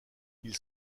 ils